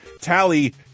tally